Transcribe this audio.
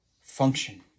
function